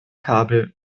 kabel